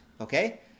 okay